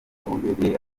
ubereye